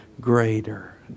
Greater